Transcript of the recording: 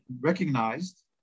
recognized